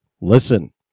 listen